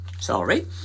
Sorry